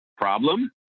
problem